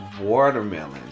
watermelon